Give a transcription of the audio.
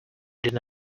did